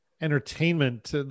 entertainment